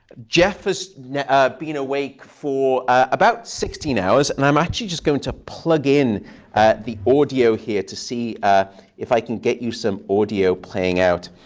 jeff has been awake for about sixteen hours. and i'm actually just going to plug in the audio here to see ah if i can get you some audio playing out.